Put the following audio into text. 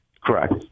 Correct